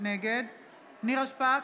נגד נירה שפק,